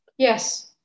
Yes